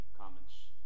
comments